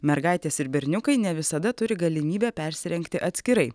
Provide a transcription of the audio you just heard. mergaitės ir berniukai ne visada turi galimybę persirengti atskirai